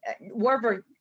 Warburg